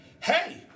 hey